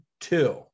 two